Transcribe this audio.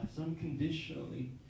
unconditionally